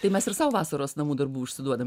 tai mes ir sau vasaros namų darbų užsiduodam